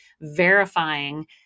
verifying